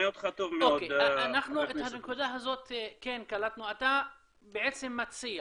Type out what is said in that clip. את הנקודה הזו אנחנו קלטנו, אתה בעצם מציע